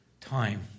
time